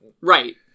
right